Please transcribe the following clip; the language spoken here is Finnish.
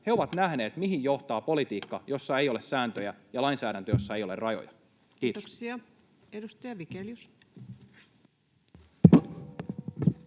he ovat nähneet, mihin johtaa politiikka, jossa ei ole sääntöjä, ja lainsäädäntö, jossa ei ole rajoja. — Kiitos. Kiitoksia.